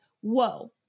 whoa